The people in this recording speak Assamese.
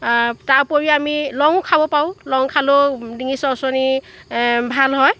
তাৰোপৰিও আমি লং খাব পাৰোঁ লং খালেও ডিঙিৰ চৰচৰণি ভাল হয়